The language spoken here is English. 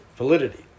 validity